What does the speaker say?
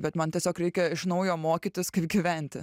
bet man tiesiog reikia iš naujo mokytis kaip gyventi